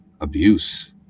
abuse